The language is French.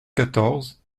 quatorze